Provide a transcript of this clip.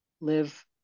live